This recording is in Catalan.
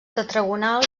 tetragonal